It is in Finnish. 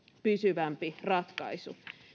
pysyvämpi ratkaisu